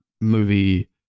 movie